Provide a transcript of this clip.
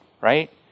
Right